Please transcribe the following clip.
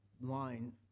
line